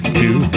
two